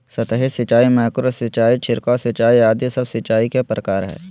सतही सिंचाई, माइक्रो सिंचाई, छिड़काव सिंचाई आदि सब सिंचाई के प्रकार हय